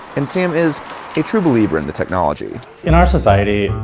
and sam is a true believer in the technology. in our society,